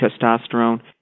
testosterone